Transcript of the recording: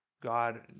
God